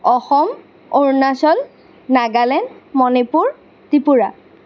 Assam Arunachal Nagaland Manipur Tripura